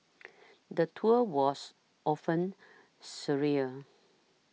the tour was often surreal